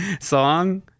song